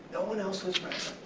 no one else was